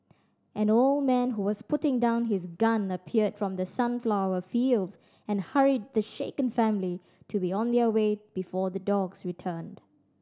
an old man who was putting down his gun appeared from the sunflower fields and hurried the shaken family to be on their way before the dogs return